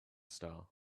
star